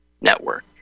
network